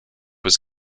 was